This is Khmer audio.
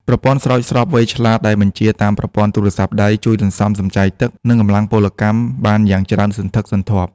ប្រព័ន្ធស្រោចស្រពវៃឆ្លាតដែលបញ្ជាតាមទូរស័ព្ទដៃ ជួយសន្សំសំចៃទឹក និងកម្លាំងពលកម្មបានយ៉ាងច្រើនសន្ធឹកសន្ធាប់។